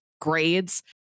grades